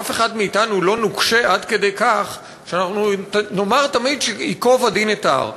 אף אחד מאתנו לא נוקשה עד כדי כך שאנחנו נאמר תמיד שייקוב הדין את ההר.